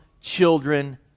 children